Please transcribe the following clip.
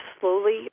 slowly